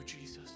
Jesus